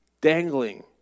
Dangling